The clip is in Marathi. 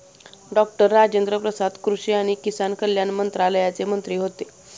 डॉक्टर राजेन्द्र प्रसाद कृषी आणि किसान कल्याण मंत्रालयाचे मंत्री होते